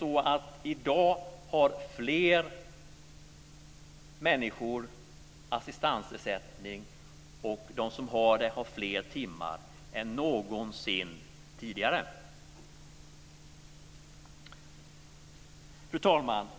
I dag har fler människor assistansersättning, och de som har assistansersättning har det fler timmar än någonsin tidigare. Fru talman!